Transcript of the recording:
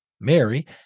Mary